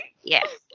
Yes